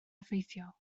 effeithiol